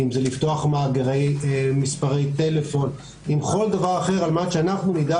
אם זה לפתוח מאגרי מספרי טלפון או כל דבר אחר על מנת שאנחנו נדע